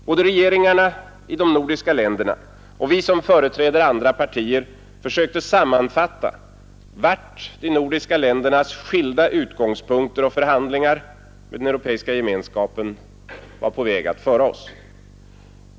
Både regeringarna i de nordiska länderna och vi som företräder andra partier försökte sammanfatta vart de nordiska ländernas skilda utgångspunkter och förhandlingar med den europeiska gemenskapen var på väg att föra oss.